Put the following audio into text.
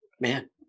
Man